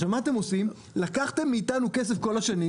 מה אתם עושים לקחתם מאתנו כסף כל השנים